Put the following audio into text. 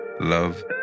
love